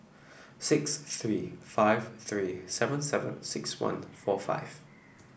six three five three seven seven six one four five